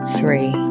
three